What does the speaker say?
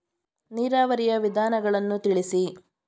ನೀರಾವರಿಯ ವಿಧಾನಗಳನ್ನು ತಿಳಿಸಿ?